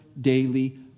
daily